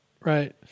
right